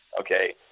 Okay